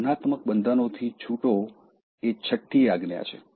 ભાવનાત્મક બંધનોથી છૂટો એ છઠ્ઠી આજ્ઞા છે